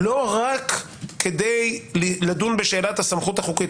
לא רק כדי לדון בשאלת הסמכות החוקית.